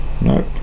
Nope